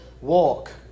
walk